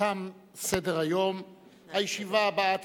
עוד, יש גם מי שיזכיר להם זאת.